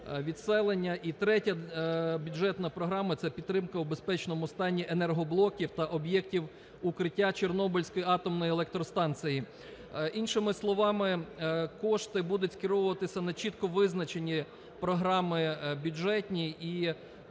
і третя бюджетна програма це підтримка у безпечному стані енергоблоків та об'єктів укриття Чорнобильської атомної електростанції. Іншими словами, кошти будуть скеровуватися на чітко визначені програми бюджетні і в